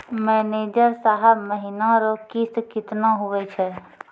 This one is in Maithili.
मैनेजर साहब महीना रो किस्त कितना हुवै छै